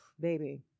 baby